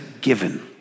given